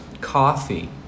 coffee